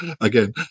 again